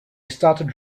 started